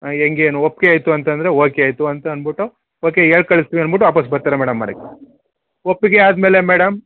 ಹೆಂಗೆ ಏನು ಒಪ್ಪಿಗೆ ಆಯಿತು ಅಂತಂದ್ರೆ ಓಕೆ ಆಯಿತು ಅಂತ ಅಂದ್ಬಿಟ್ಟು ಓಕೆ ಹೇಳ್ ಕಳಿಸ್ತೀವಿ ಅಂದ್ಬಿಟ್ಟು ವಾಪಸ್ ಬರ್ತಾರೆ ಮೇಡಮ್ಮಾರೆ ಒಪ್ಪಿಗೆ ಆದ ಮೇಲೆ ಮೇಡಮ್